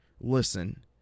listen